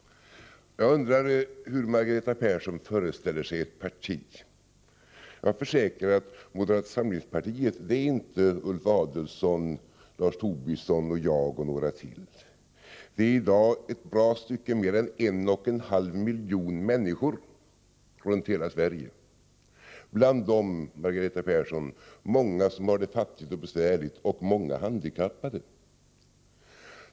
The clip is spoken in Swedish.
Jag undrar hur Margareta Persson föreställer sig ett parti. Jag kan försäkra att moderata samlingspartiet inte är Ulf Adelsohn, Lars Tobisson, jag och några till. Det är i dag ett bra stycke mer än 1,5 miljoner människor runt hela Sverige. Bland dem, Margareta Persson, finns många som har det fattigt och besvärligt och många handikappade.